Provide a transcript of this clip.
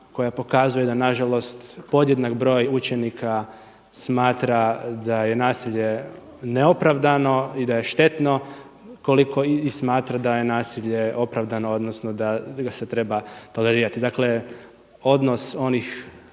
koja pokazuje da na žalost podjednak broj učenika smatra da je nasilje neopravdano i da je štetno koliko i smatra da je nasilje opravdano, odnosno da ga se treba tolerirati. Dakle, odnos onih